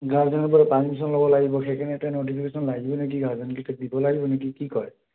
গাৰ্জেনৰ পৰা পাৰ্মিচন ল'ব লাগিব সেইকাৰণে এটা ন'টিফিকেশ্যন লাগিব নেকি গাৰ্জেনকেইটাক দিব লাগিব নেকি কি কয়